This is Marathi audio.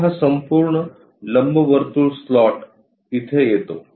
आता हा संपूर्ण लंबवर्तुळ स्लॉट इथे येतो